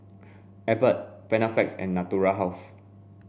Abbott Panaflex and Natura House